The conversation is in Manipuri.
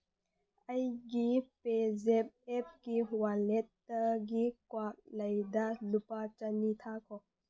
ꯑꯩꯒꯤ ꯄꯦꯖꯦꯞ ꯑꯦꯞꯀꯤ ꯋꯥꯂꯦꯠꯇꯒꯤ ꯀ꯭ꯋꯥꯛꯂꯩꯗ ꯂꯨꯄꯥ ꯆꯅꯤ ꯊꯥꯈꯣ